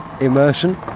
immersion